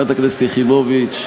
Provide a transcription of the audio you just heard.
חברת הכנסת יחימוביץ,